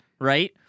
right